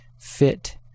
fit